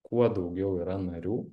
kuo daugiau yra narių